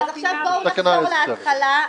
עכשיו בואו נחזור להתחלה,